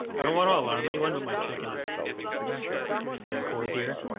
i don't want to alarm anyone with my chicken is really getting cold here